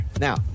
Now